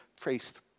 priest